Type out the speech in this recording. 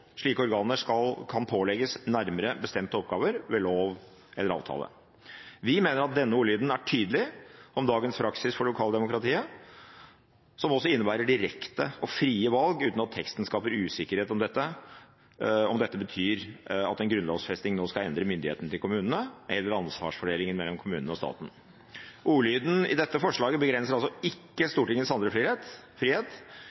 Slike organer kan pålegges bestemte oppgaver ved lov eller avtale.» Vi mener at denne ordlyden er tydelig om dagens praksis for lokaldemokratiet, som også innebærer direkte og frie valg, uten at teksten skaper usikkerhet om hvorvidt dette betyr at en grunnlovfesting skal endre myndigheten til kommunene eller ansvarsfordelingen mellom kommunene og staten. Ordlyden i dette forslaget begrenser ikke